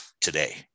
today